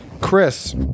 Chris